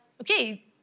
okay